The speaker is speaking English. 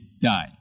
die